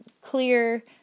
clear